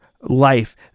life